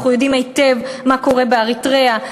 אנחנו יודעים היטב מה קורה באריתריאה.